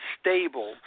stable